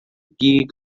gig